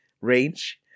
range